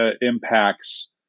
impacts